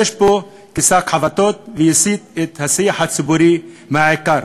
פה כשק חבטות ויסיט את השיח הציבורי מהעיקר.